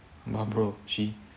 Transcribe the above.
no bro she